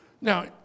now